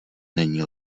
není